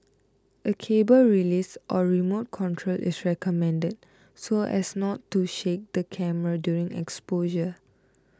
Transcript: a cable release or remote control is recommended so as not to shake the camera during exposure